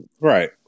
Right